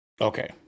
Okay